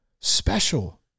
special